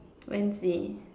Wednesday